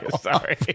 Sorry